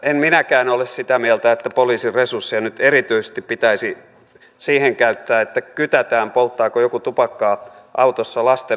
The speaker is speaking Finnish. en minäkään ole sitä mieltä että poliisin resursseja nyt erityisesti pitäisi siihen käyttää että kytätään polttaako joku tupakkaa autossa lasten läsnä ollessa